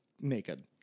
naked